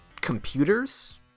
computers